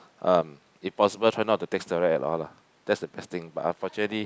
um impossible try not take steroid at all lah that's the best thing but unfortunately